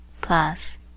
plus